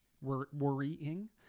worrying